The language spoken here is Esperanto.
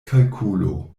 kalkulo